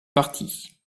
partie